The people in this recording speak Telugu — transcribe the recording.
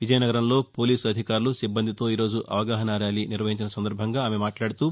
విజయనగరంలో పోలీసు అధికారులు సిబ్బందితో ఈరోజు అవగాహస ర్యాలీ నిర్వహించిన సందర్భంగా ఆమె మాట్లాడుతూ